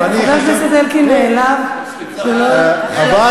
חבר הכנסת אלקין נעלב שלא הזכרת אותו.